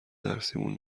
درسیمون